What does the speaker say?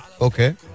okay